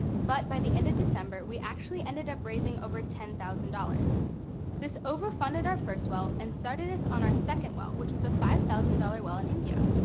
but by the end of december we actually ended up raising over ten thousand. this overfunded our first well and started us on our second well, which was a five thousand dollars well in india.